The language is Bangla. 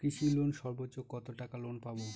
কৃষি লোনে সর্বোচ্চ কত টাকা লোন পাবো?